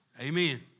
amen